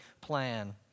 plan